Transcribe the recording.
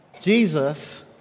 Jesus